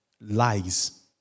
lies